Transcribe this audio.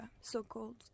so-called